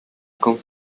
con